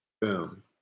Boom